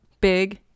big